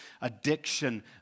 addiction